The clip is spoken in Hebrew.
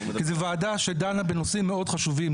כי זו וועדה שדנה בנושאים מאוד חשובים.